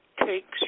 takes